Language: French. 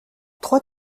trois